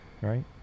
Right